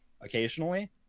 occasionally